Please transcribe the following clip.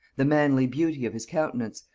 the manly beauty of his countenance,